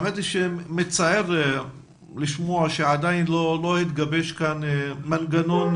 האמת היא שמצער לשמוע שעדיין לא התגבש כאן מנגנון